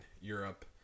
Europe